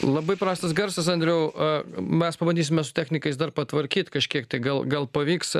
labai prastas garsas andriau a mes pabandysime su technikais dar patvarkyt kažkiek tai gal gal pavyks